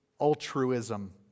altruism